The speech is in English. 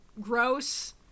gross